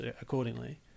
accordingly